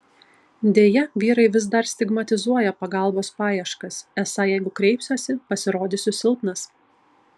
deja vyrai vis dar stigmatizuoja pagalbos paieškas esą jeigu kreipsiuosi pasirodysiu silpnas